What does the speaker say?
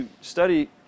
study